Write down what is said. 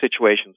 situations